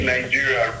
Nigeria